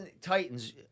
Titans